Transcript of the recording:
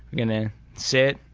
gunna sit,